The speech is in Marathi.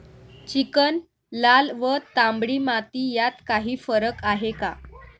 चिकण, लाल व तांबडी माती यात काही फरक आहे का?